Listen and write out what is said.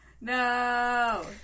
no